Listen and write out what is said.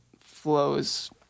flows